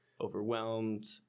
overwhelmed